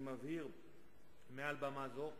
אני מבהיר מעל במה זו,